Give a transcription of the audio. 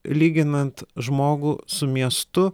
lyginant žmogų su miestu